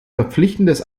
verpflichtendes